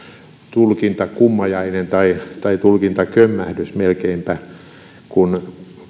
tulkintakummajainen tai tai tulkintakömmähdys melkeinpä kun